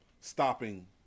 stopping